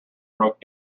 broke